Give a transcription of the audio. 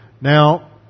Now